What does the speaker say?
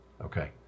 Okay